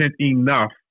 enough